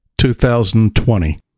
2020